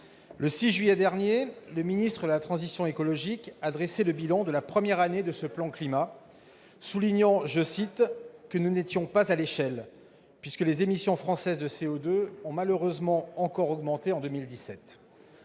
Le 6 juillet dernier, le ministre de la transition écologique et solidaire a dressé le bilan de la première année de ce plan, soulignant que nous n'étions pas « à l'échelle » puisque les émissions françaises de CO2 ont malheureusement encore augmenté en 2017.